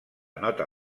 nota